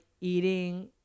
eating